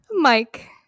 Mike